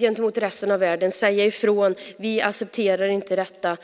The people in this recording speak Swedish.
gentemot resten av världen. Vi ska säga ifrån att vi inte accepterar detta.